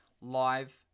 Live